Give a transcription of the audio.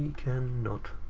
can not.